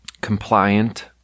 compliant